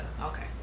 Okay